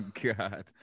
god